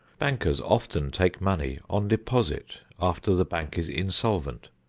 bankers often take money on deposit after the bank is insolvent.